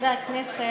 חברות וחברי הכנסת,